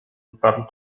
gwar